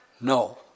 No